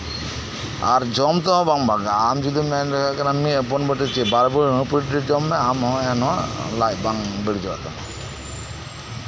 ᱟᱨ ᱡᱚᱢ ᱛᱮᱦᱚᱸ ᱵᱟᱢ ᱵᱷᱟᱜᱟᱜᱼᱟ ᱟᱢ ᱡᱚᱫᱤᱢ ᱢᱚᱱᱮᱭᱟ ᱢᱤᱫ ᱦᱚᱯᱚᱱ ᱵᱟᱴᱤ ᱥᱮ ᱵᱟᱨ ᱵᱟᱴᱤ ᱡᱚᱢ ᱢᱮ ᱟᱢ ᱦᱚᱸ ᱮᱱᱦᱚᱸ ᱞᱟᱡ ᱵᱟᱝ ᱵᱟᱹᱲᱤᱡᱚᱜ ᱛᱟᱢᱟ